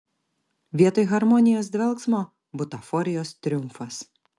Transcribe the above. vietoj harmonijos dvelksmo butaforijos triumfas